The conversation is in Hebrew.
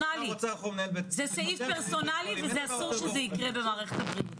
זה סעיף פרסונלי, ואסור שזה יקרה במערכת הבריאות.